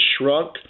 shrunk